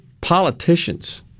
politicians